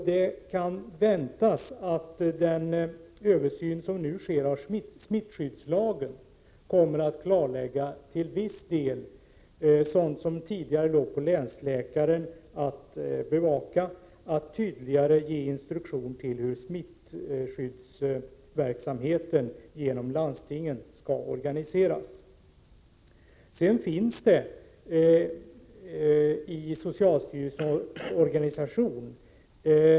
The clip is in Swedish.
Det kan förväntas att den översyn som nu sker av smittskyddslagen till viss del kommer att klarlägga sådant som det tidigare låg på länsläkaren att bevaka, som att tydligare ge instruktion för hur smittskyddsverksamheten skall organiseras genom landstingen. Tillsynsansvaret är inskrivet i socialstyrelsens organisation.